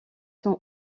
sont